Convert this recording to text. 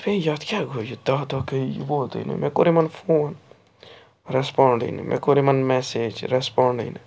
مےٚ دوٚپ ہےٚ یتھ کیٛاہ گوٚو یہِ دَہ دۄہ گٔے یہِ ووتُے نہٕ مےٚ کوٚر یمن فون ریسٚپانٛڈے نہٕ مےٚ کوٚر یمن میٚسیج ریسٚپانڈے نہٕ